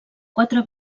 quatre